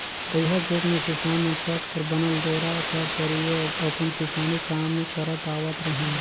तइहा जुग मे किसान मन पट कर बनल डोरा कर परियोग अपन किसानी काम मे करत आवत रहिन